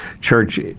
Church